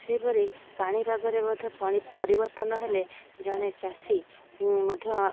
ସେହିପରି ପାଣିପାଗରେ ବୋଧେ ପରିବର୍ତ୍ତନ ହେଲେ ଜଣେ ଚାଷୀ ମଧ୍ୟ